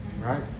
right